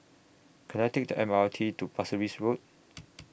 Can I Take The M R T to Pasir Ris Road